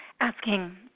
asking